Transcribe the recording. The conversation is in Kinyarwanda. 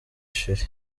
cheri